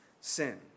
sin